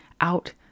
out